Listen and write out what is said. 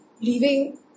Leaving